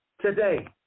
today